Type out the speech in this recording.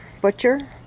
butcher